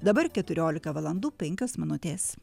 dabar keturiolika valandų penkios minutės